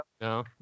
no